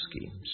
schemes